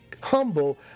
humble